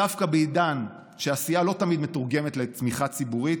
דווקא בעידן שעשייה לא תמיד מתורגמת לתמיכה ציבורית,